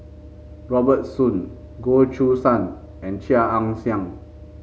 Robert Soon Goh Choo San and Chia Ann Siang